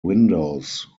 windows